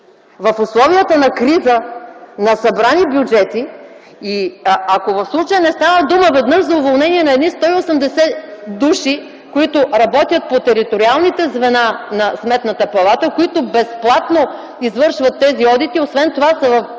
в условията на криза, на събрани бюджети и ако в случая не става дума веднъж за уволнение на едни 180 души, които работят по териториалните звена на Сметната палата, които безплатно извършват тези одити, освен това са в